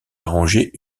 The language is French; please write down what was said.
arrangé